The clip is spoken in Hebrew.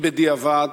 היא בדיעבד,